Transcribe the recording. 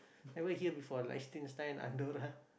never hear before Liechtenstein Andorra